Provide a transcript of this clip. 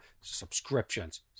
Subscriptions